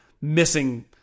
missing